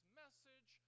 message